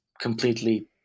completely